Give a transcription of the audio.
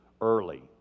early